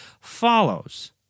follows